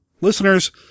listeners